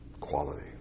quality